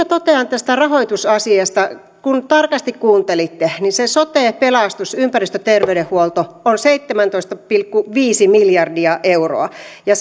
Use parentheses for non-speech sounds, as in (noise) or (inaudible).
(unintelligible) totean tästä rahoitusasiasta kun tarkasti kuuntelitte niin se sote pelastus ja ympäristöterveydenhuolto ovat seitsemäntoista pilkku viisi miljardia euroa ja (unintelligible)